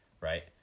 right